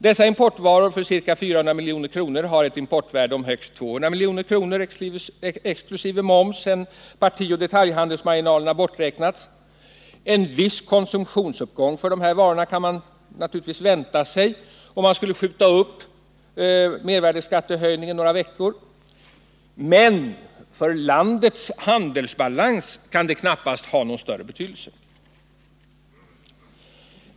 Dessa importvaror för ca 400 milj.kr. har ett importvärde av högst 200 miljoner exkl. momsen, partioch detaljhandelsmarginalerna borträknade. En viss konsumtionsuppgång för dessa varor kan man naturligtvis vänta sig om man skulle skjuta upp mervärdeskattehöjningen några veckor, men för landets handelsbalans kan det knappast ha någon stor betydelse.